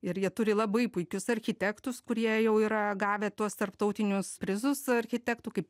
ir jie turi labai puikius architektus kurie jau yra gavę tuos tarptautinius prizus architektų kaip